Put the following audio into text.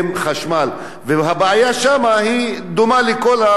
והבעיה שם דומה בכל המגזר הערבי.